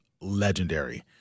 legendary